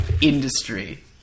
industry